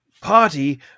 party